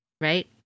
Right